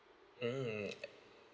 mm